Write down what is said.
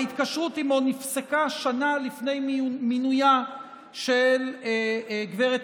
אך ההתקשרות עימו נפסקה שנה לפני מינויה של גברת